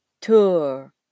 tour